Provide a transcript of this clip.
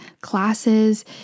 classes